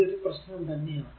ഇത് ഒരു പ്രശ്നം തന്നെയാണ്